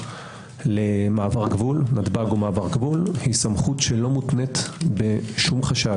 בכניסה למעבר גבול - נתב"ג הוא מעבר גבול - לא מותנית בשום חשד.